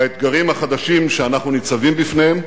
לאתגרים החדשים שאנחנו ניצבים בפניהם,